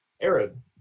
Arab